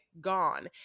gone